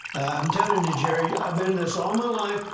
i'm telling you, jerry, i've been in this all my life.